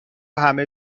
همه